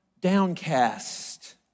downcast